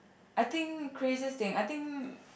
I think craziest thing I think